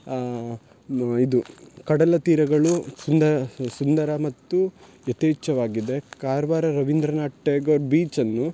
ಆ ನೋ ಇದು ಕಡಲ ತೀರಗಳು ಸುಂದಾ ಸುಂದರ ಮತ್ತು ಯಥೇಚ್ಛವಾಗಿದೆ ಕಾರ್ವಾರ ರವೀಂದ್ರನಾಥ್ ಟ್ಯಾಗೂರ್ ಬೀಚನ್ನು